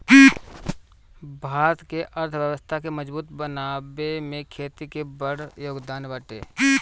भारत के अर्थव्यवस्था के मजबूत बनावे में खेती के बड़ जोगदान बाटे